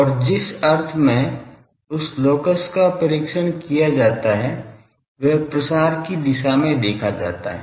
और जिस अर्थ में उस लॉकस का परीक्षण किया जाता है वह प्रसार की दिशा में देखा जाता है